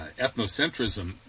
ethnocentrism